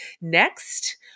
Next